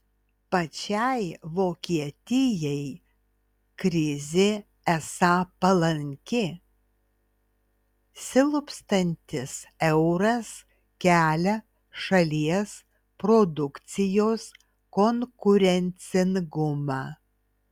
pačiai vokietijai krizė esą palanki silpstantis euras kelia šalies produkcijos konkurencingumą